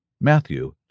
Matthew